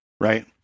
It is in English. right